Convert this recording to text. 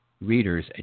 readers